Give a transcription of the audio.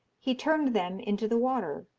he turned them into the water.